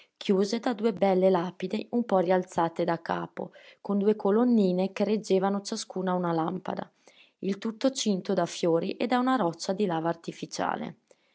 chiuse da due belle lapidi un po rialzate da capo con due colonnine che reggevano ciascuna una lampada il tutto cinto da fiori e da una roccia di lava artificiale